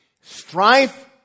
Strife